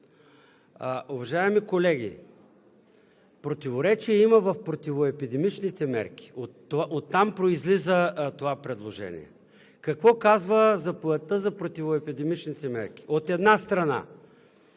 Уважаеми колеги! Противоречие има в противоепидемичните мерки, оттам произлиза това предложение. Какво казва Заповедта за противоепидемичните мерки? От една страна,